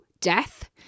death